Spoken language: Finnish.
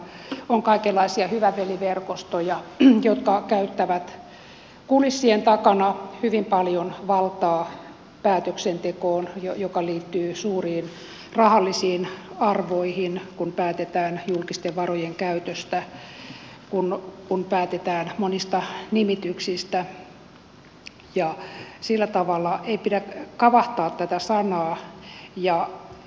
meillähän on korruptiota on kaikenlaisia hyvä veli verkostoja jotka käyttävät kulissien takana hyvin paljon valtaa päätöksentekoon joka liittyy suuriin rahallisiin arvoihin kun päätetään julkisten varojen käytöstä kun päätetään monista nimityksistä ja sillä tavalla ei pidä kavahtaa tätä sanaa